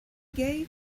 gave